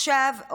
עכשיו,